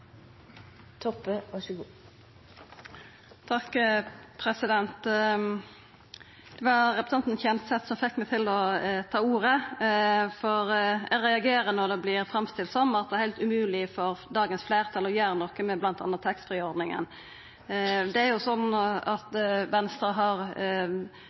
Kjenseth som fekk meg til å ta ordet, for eg reagerer når det vert framstilt som om det er heilt umogleg for dagens fleirtal å gjera noko med bl.a. taxfree-ordninga. Det er jo slik at Venstre har